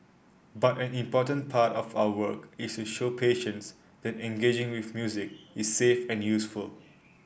but an important part of our work is to show patients that engaging with music is safe and useful